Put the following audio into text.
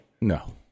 No